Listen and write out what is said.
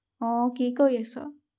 অঁ কি কৰি আছ